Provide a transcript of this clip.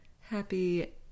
Happy